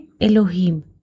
elohim